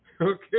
okay